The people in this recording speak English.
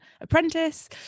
Apprentice